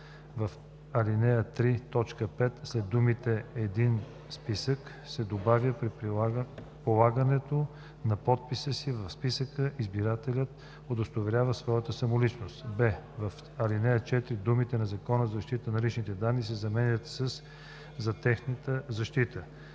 в ал. 3 т. 5 след думите „един списък“ се добавя „при полагане на подписа си в списъка избирателят удостоверява своята самоличност“; б) в ал. 4 думите „на Закона за защита на личните данни“ се заменят със „за тяхната защита“.